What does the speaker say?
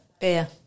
beer